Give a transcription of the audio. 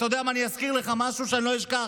אתה יודע מה, אני אזכיר לך משהו שאני לא אשכח.